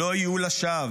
לא היו לשווא.